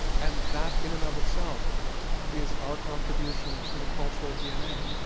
and that in and of itself is our contribution to the cultural dna,